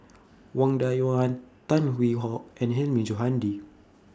Wang Dayuan Tan Hwee Hock and Hilmi Johandi